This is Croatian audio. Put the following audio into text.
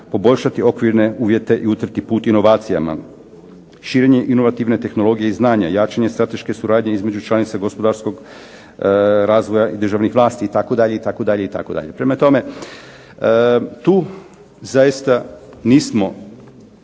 poboljšati okvirne uvjete i utrti put inovacijama, širenje inovativne tehnologije i znanja, jačanje strateške suradnje između članica gospodarskog razvoja državnih vlasti itd.,